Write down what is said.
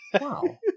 Wow